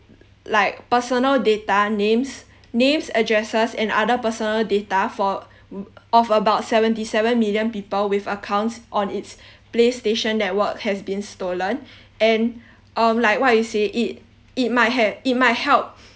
like personal data names names addresses and other personal data for m~ of about seventy seven million people with accounts on it's playstation network has been stolen and uh like what you said it it might have it might help